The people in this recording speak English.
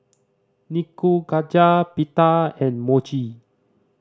Nikujaga Pita and Mochi